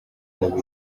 mubiri